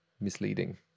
misleading